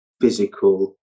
physical